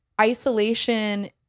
isolation